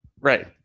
Right